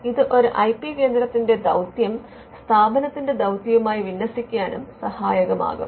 ഇത് I P കേന്ദ്രത്തിന്റെ ദൌത്യം സ്ഥാപനത്തിന്റെ ദൌത്യവുമായി വിന്യസിക്കാനും സഹായകമാകും